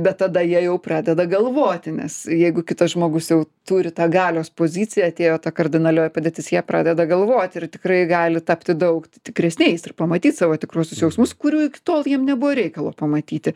bet tada jie jau pradeda galvoti nes jeigu kitas žmogus jau turi tą galios poziciją atėjo ta kardinalioji padėtis jie pradeda galvoti ir tikrai gali tapti daug tikresniais ir pamatyt savo tikruosius jausmus kurių iki tol jiem nebuvo reikalo pamatyti